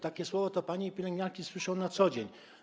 Takie słowa to panie pielęgniarki słyszą na co dzień.